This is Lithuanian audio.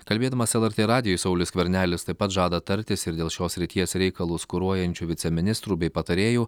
kalbėdamas lrt radijui saulius skvernelis taip pat žada tartis ir dėl šios srities reikalus kuruojančių viceministrų bei patarėjų